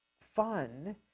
fun